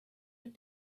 have